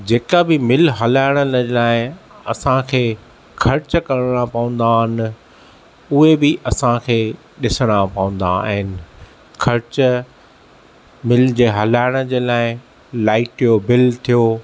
जेका बि मिल हलाइण लाइ असां खे ख़र्च करणा पवंदा आहिनि उहे बि असां खे ॾिसणा पवंदा आहिनि ख़र्च मिल जे हलाइण जे लाइ लाइट जो बिल थियो